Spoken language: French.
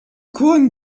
couronnes